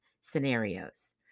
scenarios